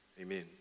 Amen